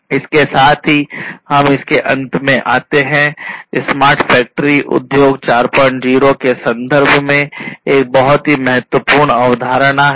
तो इसके साथ ही हम इसके अंत में आते हैं स्मार्ट फैक्टरी उद्योग 40 के संदर्भ में एक बहुत ही महत्वपूर्ण अवधारणा है